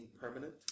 permanent